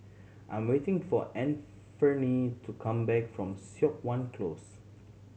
I'm waiting for Anfernee to come back from Siok Wan Close